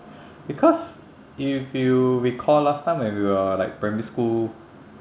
because if you recall last time when we were like primary school